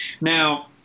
Now